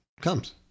comes